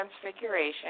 transfiguration